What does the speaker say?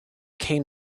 came